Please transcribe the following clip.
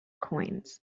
coins